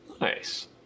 Nice